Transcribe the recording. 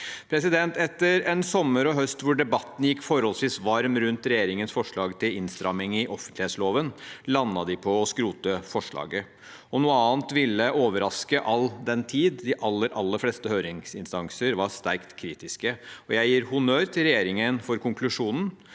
mer tid på. Etter en sommer og høst hvor debatten gikk forholdsvis varm rundt regjeringens forslag til innstramning i offentlighetsloven, landet de på å skrote forslaget. Noe annet ville overraske, all den tid de aller, aller fleste høringsinstanser var sterkt kritiske. Jeg gir honnør til regjeringen for konklusjonen,